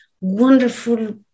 wonderful